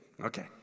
Okay